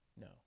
No